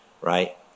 right